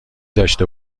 داشته